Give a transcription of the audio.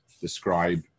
describe